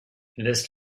laisse